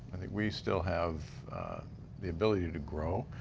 we still have the ability to grow.